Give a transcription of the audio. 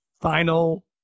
final